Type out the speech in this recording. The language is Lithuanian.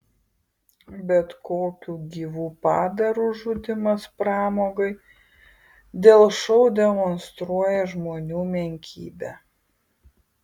bet kokių gyvų padarų žudymas pramogai dėl šou demonstruoja žmonių menkybę